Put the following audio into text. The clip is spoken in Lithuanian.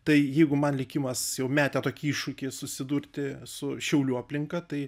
tai jeigu man likimas jau metė tokį iššūkį susidurti su šiaulių aplinka tai